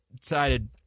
decided